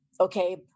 okay